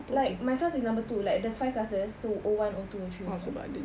like my class is number two like there's five classes so O one O two O three O four